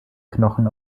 knochen